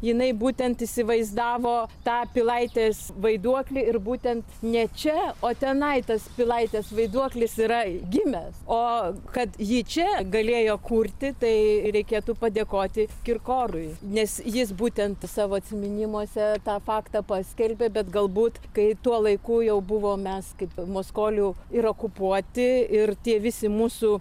jinai būtent įsivaizdavo tą pilaitės vaiduoklį ir būtent ne čia o tenai tas pilaitės vaiduoklis yra gimęs o kad ji čia galėjo kurti tai reikėtų padėkoti kirkorui nes jis būtent savo atsiminimuose tą faktą paskelbė bet galbūt kai tuo laiku jau buvom mes kaip maskolių ir okupuoti ir tie visi mūsų